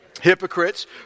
hypocrites